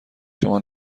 شما